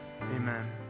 amen